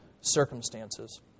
circumstances